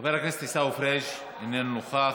חבר הכנסת עיסאווי פריג' אינו נוכח,